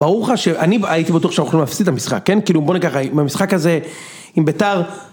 ברור לך שאני הייתי בטוח שאנחנו הולכים להפסיד את המשחק, כן כאילו בוא נגיד ככה אם המשחק הזה, אם ביתר